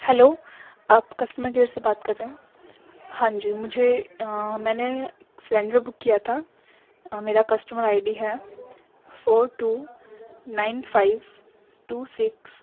hello آپ customer care سے بات کر رہے ہیں ہاں جی مجھے میں نے سلینڈر بک کیا تھا میرا کسٹمر آئی ڈی ہے four two nine five two six